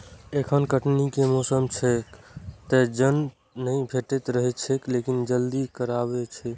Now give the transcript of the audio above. एखन कटनी के मौसम छैक, तें जन नहि भेटि रहल छैक, लेकिन जल्दिए करबै